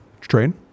train